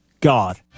God